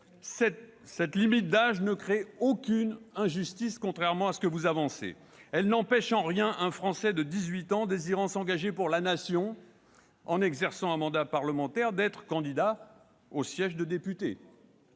cette limite d'âge ne crée aucune injustice, contrairement à ce que vous avancez. Elle n'empêche en rien un Français de dix-huit ans désirant s'engager pour la Nation en exerçant un mandat parlementaire, d'être candidat à un siège de député.